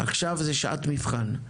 עכשיו זו שעת מבחן.